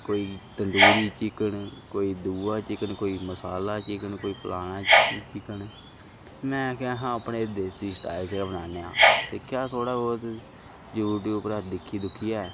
कोई तंदूरी चिकन कोई दूआ चिकन कोई मसाला चिकन कोई फलाना चिकन में आखेआ महां अपने देसी स्टाइल च गै बनान्ने आं सिक्खेआ थोह्ड़ा बौह्त यूटयूब परा दिक्खी दुक्खियै